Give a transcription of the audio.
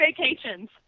vacations